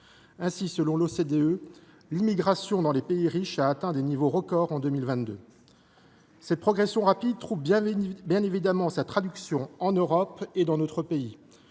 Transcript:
Ainsi, selon l’OCDE, l’immigration dans les pays riches a atteint des niveaux records en 2022. Cette progression rapide trouve bien évidemment sa traduction en Europe et dans notre pays.